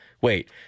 Wait